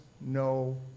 no